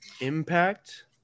impact